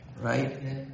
Right